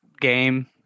game